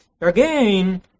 Again